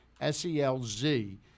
S-E-L-Z